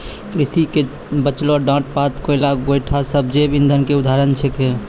कृषि के बचलो डांट पात, कोयला, गोयठा सब जैव इंधन के उदाहरण छेकै